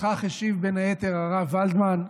וכך השיב, בין היתר, הרב ולדמן: